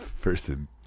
person